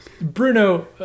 bruno